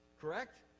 Correct